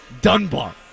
Dunbar